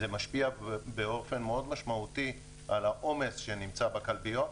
זה משפיע באופן מאוד משמעותי על העומס שנמצא בקלפיות,